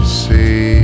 see